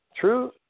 True